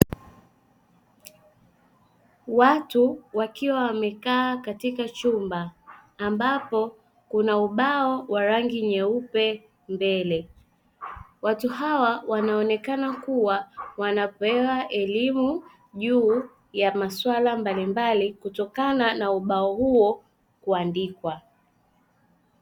Watu wakiwa wamekaa katika chumba, ambapo kuna ubao wa rangi nyeupe mbele. Watu hawa wanaonekana kuwa wanapewa elimu juu ya masuala mbalimbali kutokana na ubao huo kuandikwa.